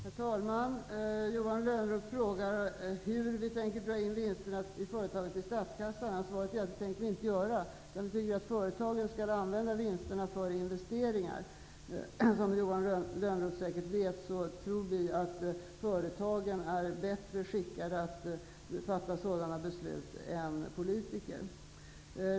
Herr talman! Johan Lönnroth frågar hur vi tänker dra in vinsterna i företagen till statskassan. Svaret är att vi inte tänker göra det. Företagen skall använda vinsterna för investeringar. Som Johan Lönnroth säkert vet tror vi att företagen är bättre skickade att fatta sådana beslut än politiker.